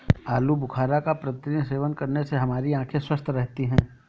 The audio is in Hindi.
आलू बुखारा का प्रतिदिन सेवन करने से हमारी आंखें स्वस्थ रहती है